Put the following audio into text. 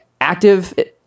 active